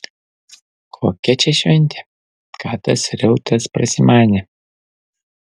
kokia čia šventė ką tas reutas prasimanė